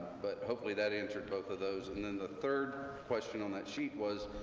but hopefully, that answered both of those. and then the third question on that sheet was,